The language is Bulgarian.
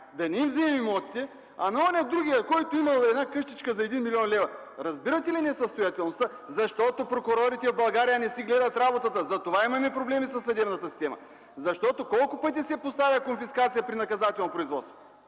да не им вземем имотите, а на онзи, другия, който имал къщичка за един милион лева... Разбирате ли несъстоятелността? Защото прокурорите в България не си гледат работата, затова имаме проблеми със съдебната система! Колко пъти се поставя конфискация при наказателно производство?!